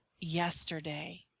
yesterday